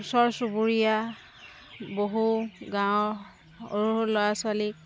ওচৰ চুবুৰীয়া বহু গাঁও সৰু সৰু ল'ৰা ছোৱালী